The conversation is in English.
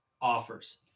offers